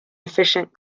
efficient